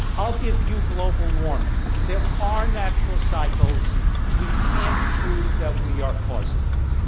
i'll give you global warming there are natural cycles we can't prove that we are causing it.